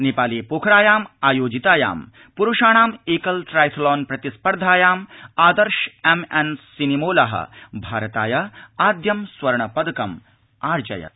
नेपाले पोखरायाम् आयोजितायां प्रुषाणाम् एकल ट्राइथलॉन् प्रतिस्पर्धायाम् आदर्श एम्एन्सिनिमोल भारताय आद्यं स्वर्ण पदकम् आर्जयत्